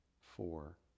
four